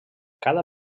cada